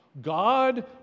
God